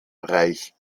reich